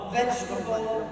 vegetable